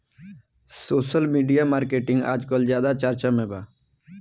social media marketing आजकल ज्यादा चर्चा में बा